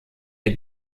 der